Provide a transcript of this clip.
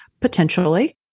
Potentially